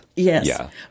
Yes